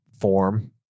form